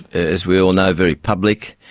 as we all know, very public,